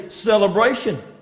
celebration